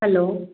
hello